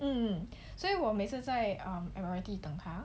mmhmm 所以我每次在 um admiralty 等他